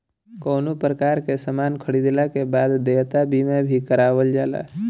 कवनो प्रकार के सामान खरीदला के बाद देयता बीमा भी करावल जाला